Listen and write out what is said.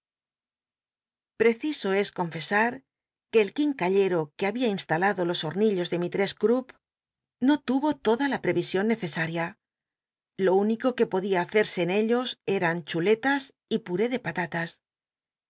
preciso es confesar que el quincallero que babia instalado los hornillos de mistress crupp no tuvo toda la prcn ton necc aria lo único uc potlia hacerse en ellos etan chu letas y puréc de pat